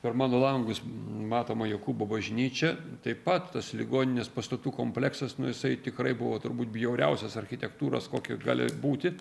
per mano langus matoma jokūbo bažnyčia taip pat tas ligoninės pastatų kompleksas nu jisai tikrai buvo turbūt bjauriausias architektūros kokia gali būti